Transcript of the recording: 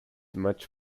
much